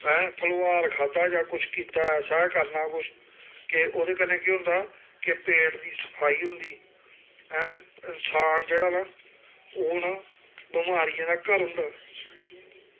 ऐं फलोहार खाद्धा जां कुछ कीता ऐसा गै करना कुछ के ओह्दे कन्नै केह् होंदा कि पेट दी सफाई होंदी ऐं इन्सान जेह्ड़ा ना ओह् हून बमारियें दा घर होंदा